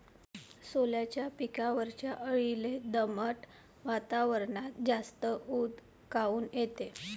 सोल्याच्या पिकावरच्या अळीले दमट वातावरनात जास्त ऊत काऊन येते?